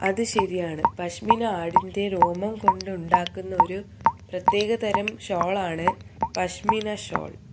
അത് ശരിയാണ് പശ്മിന ആടിന്റെ രോമം കൊണ്ട് ഉണ്ടാക്കുന്ന ഒരു പ്രത്യേക തരം ഷോളാണ് പശ്മിന ഷോൾ